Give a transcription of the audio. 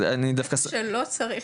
אני דווקא --- מה שלא צריך,